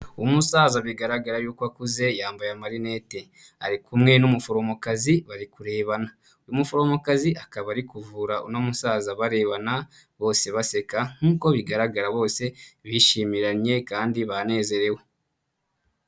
Umusaza bigaragara y'uko akuze, yambaye amarinete, ari kumwe n'umuforomokazi, bari kurebana, uyu muforomokazi akaba ari kuvura uno musaza barebana, bose baseka nk'uko bigaragara bose bishimiranye kandi banezerewe.